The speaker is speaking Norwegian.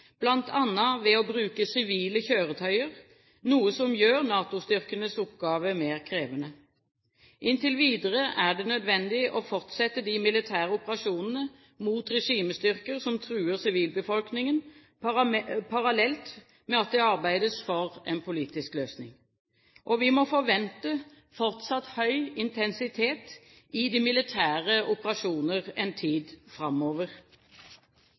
ved å bruke sivile kjøretøyer, noe som gjør NATO-styrkenes oppgave mer krevende. Inntil videre er det nødvendig å fortsette de militære operasjonene mot regimestyrker som truer sivilbefolkningen, parallelt med at det arbeides for en politisk løsning. Vi må forvente fortsatt høy intensitet i de militære operasjoner en tid framover.